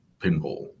pinball